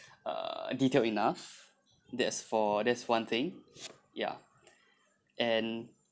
uh detailed enough that's for that's one thing ya and